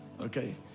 Okay